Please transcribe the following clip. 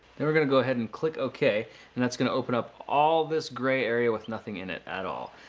then we're going to go ahead and click ok and that's going to open up all this gray area with nothing in it at all.